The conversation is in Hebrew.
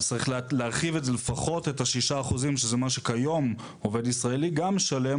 צריך להרחיב את זה לפחות את ה-6% שזה מה שכיום עובד ישראלי גם משלם,